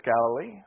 Galilee